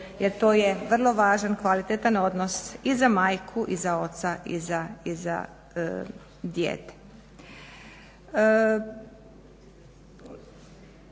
jer to je vrlo važan kvalitetan odnos i za majku i za oca i za dijete.